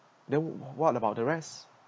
then what about the rest